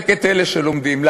לחזק את אלה שלומדים.